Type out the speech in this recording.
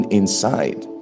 inside